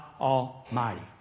Almighty